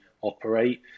operate